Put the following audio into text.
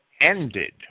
ended